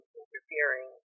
interfering